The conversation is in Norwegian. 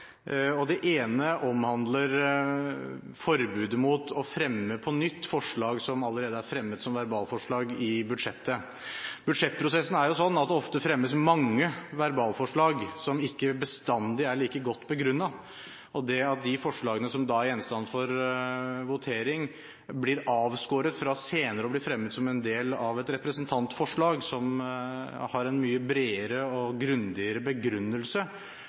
Det ene omhandler forbudet mot å fremme på nytt forslag som allerede er fremmet som verbalforslag i statsbudsjettet. Budsjettprosessen er slik at det ofte fremmes mange verbalforslag som ikke bestandig er like godt begrunnede. Det at de forslagene som er gjenstand for votering, blir avskåret fra senere å bli fremmet som en del av et representantforslag, som har en mye bredere og grundigere begrunnelse,